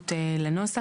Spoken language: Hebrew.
התנגדות לנוסח.